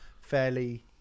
fairly